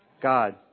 God